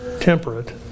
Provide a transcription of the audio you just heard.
temperate